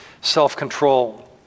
self-control